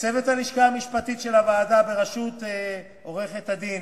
לצוות הלשכה המשפטית של הוועדה בראשות עורכת-הדין